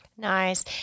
Nice